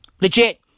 Legit